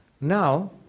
Now